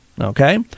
Okay